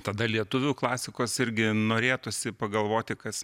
tada lietuvių klasikos irgi norėtųsi pagalvoti kas